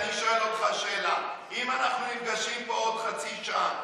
אני שואל אותך שאלה: אם אנחנו נפגשים פה עוד חצי שעה,